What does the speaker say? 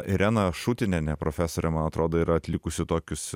irena šutinienė profesorė man atrodo yra atlikusi tokius